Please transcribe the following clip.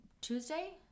Tuesday